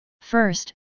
First